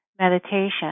meditation